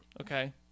Okay